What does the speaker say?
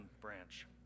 branch